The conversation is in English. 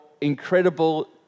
incredible